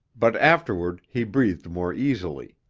but afterward he breathed more easily.